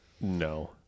No